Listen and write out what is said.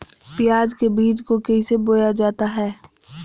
प्याज के बीज को कैसे बोया जाता है?